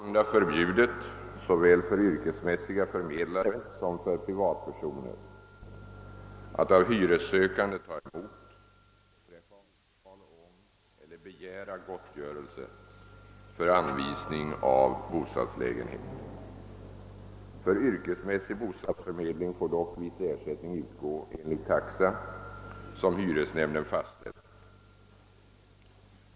Det är sålunda förbjudet såväl för yrkesmässiga förmedlare som för privatpersoner att av hyressökande ta emot, träffa avtal om eller begära gottgörelse för anvisning av bostadslägenhet. För yrkesmässig bostadsförmedling får dock viss ersättning utgå enligt taxa som hyresnämnden fastställer.